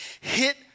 hit